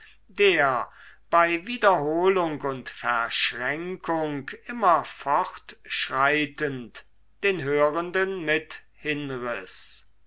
der bei wiederholung und verschränkung immer fortschreitend den hörenden mit hinriß